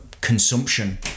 consumption